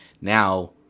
Now